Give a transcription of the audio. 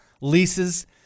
leases